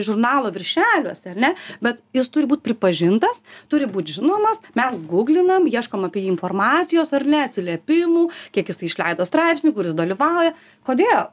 žurnalo viršeliuose ar ne bet jis turi būt pripažintas turi būt žinomas mes guglinam ieškom apie jį informacijos ar ne atsiliepimų kiek jisai išleido straipsnių kur jis dalyvauja kodėl